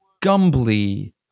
Gumbly